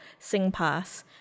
SingPass